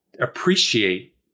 appreciate